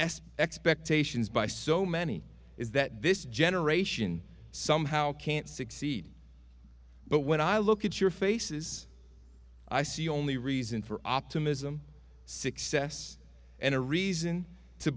s expectations by so many is that this generation somehow can't succeed but when i look at your faces i see only reason for optimism success and a reason to